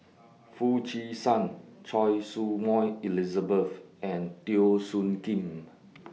Foo Chee San Choy Su Moi Elizabeth and Teo Soon Kim